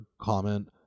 comment